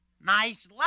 Nice